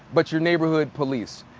but your neighborhood police.